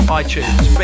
iTunes